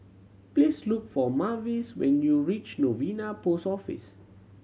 please look for Mavis when you reach Novena Post Office